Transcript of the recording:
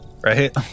right